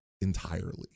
entirely